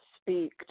speak